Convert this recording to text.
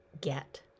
get